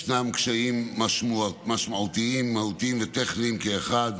יש קשיים משמעותיים, מהותיים וטכניים כאחד,